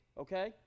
okay